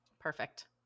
Perfect